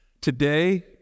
today